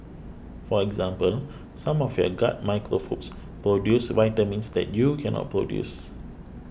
for example some of your gut microbes produce vitamins that you cannot produce